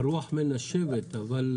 "הרוח נושבת קרירה,